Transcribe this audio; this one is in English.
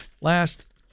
Last